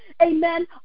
amen